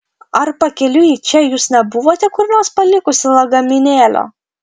ar pakeliui į čia jūs nebuvote kur nors palikusi lagaminėlio